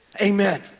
Amen